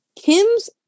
Kim's